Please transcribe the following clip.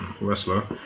wrestler